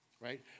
right